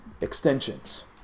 extensions